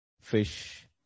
fish